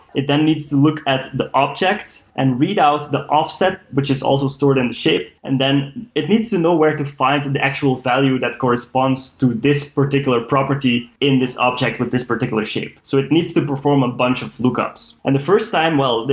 it then needs to look at the object and read out the offset, which is also stored in the shape. and then it needs to know where to find the actual value that corresponds to this particular particularly in this object with this particular shape. so it needs to perform a bunch of lookups. and the first time well,